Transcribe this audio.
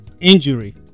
injury